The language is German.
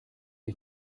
ich